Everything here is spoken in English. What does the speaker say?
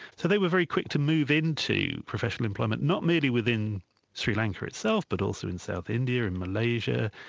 so they were very quick to move in to professional employment, not merely within sri lanka itself, but also in south india and malaysia,